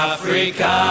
Africa